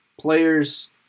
Players